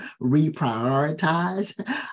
reprioritize